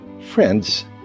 friends